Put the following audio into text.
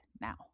now